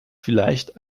vielleicht